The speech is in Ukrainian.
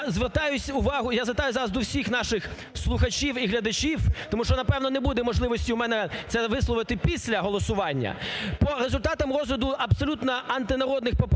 звертаю увагу, я звертаюсь зараз до всіх наших слухачів і глядачів, тому що, напевно, не буде можливості у мене це висловити після голосування. По результатам розгляду абсолютно антинародних поправок,